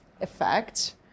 effect